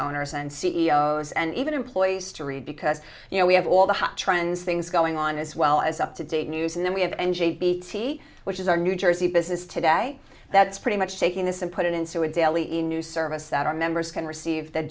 owners and c e o s and even employees to read because you know we have all the hot trends things going on as well as up to date news and then we have n j b c which is our new jersey business today that's pretty much taking this and put it into a daily a news service that our members can receive that